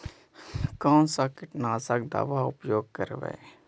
कोन सा कीटनाशक दवा उपयोग करबय?